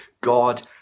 God